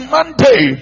Monday